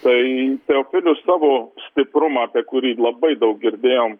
tai teofilius savo stiprumą apie kurį labai daug girdėjom